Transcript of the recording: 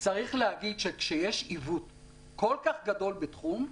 צריך להגיד שכשיש עיוות כל כך גדול בתחום,